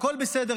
הכול בסדר,